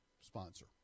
sponsor